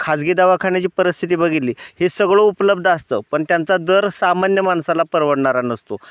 खाजगी दवाखान्याची परिस्थिती बघितली हे सगळं उपलब्ध असतं पण त्यांचा दर सामान्य माणसाला परवडणारा नसतो